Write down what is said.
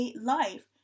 life